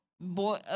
boy